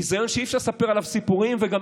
ביזיון שאי-אפשר לספר עליו סיפורים וגם